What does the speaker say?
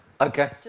Okay